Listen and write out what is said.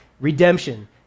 redemption